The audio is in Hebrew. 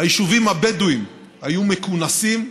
היישובים הבדואיים היו מכונסים,